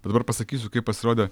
bet dabar pasakysiu kai pasirodė